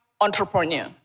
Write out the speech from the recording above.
entrepreneur